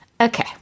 Okay